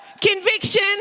Conviction